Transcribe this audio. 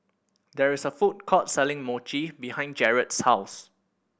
there is a food court selling Mochi behind Jarred's house